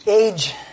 Age